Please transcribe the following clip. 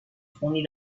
twenty